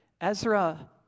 Ezra